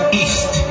east